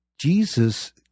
Jesus